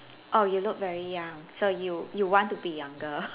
oh you look very young so you you want to be younger